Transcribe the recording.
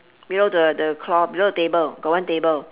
below the the cloth below the table got one table